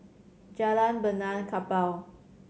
Jalan Benaan Kapal